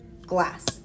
Glass